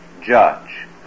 judge